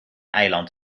eiland